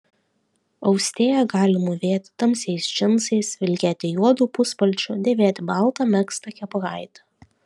austėja gali mūvėti tamsiais džinsais vilkėti juodu puspalčiu dėvėti baltą megztą kepuraitę